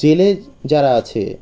জেলে যারা আছে